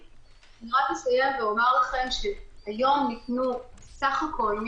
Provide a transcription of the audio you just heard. אסיים ואומר לכם שהיום ניתנו בסך הכול,